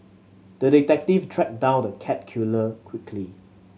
the detective tracked down the cat killer quickly